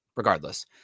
Regardless